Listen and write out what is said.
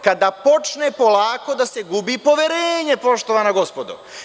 Kada počne polako da se gubi poverenje poštovana gospodo?